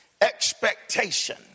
expectation